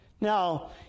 Now